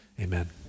amen